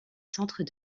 centres